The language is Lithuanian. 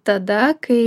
tada kai